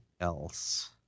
else